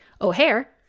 O'Hare